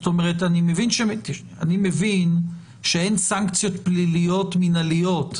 אני מבין שאין סנקציות פליליות מינהליות,